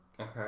Okay